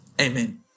Amen